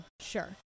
sure